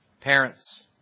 parents